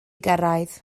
gyrraedd